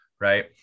right